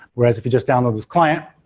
whereas, if you just download this client,